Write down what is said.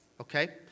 Okay